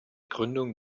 gründung